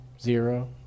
zero